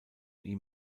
ihm